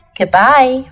Goodbye